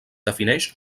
defineix